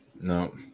No